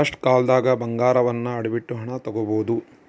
ಕಷ್ಟಕಾಲ್ದಗ ಬಂಗಾರವನ್ನ ಅಡವಿಟ್ಟು ಹಣ ತೊಗೋಬಹುದು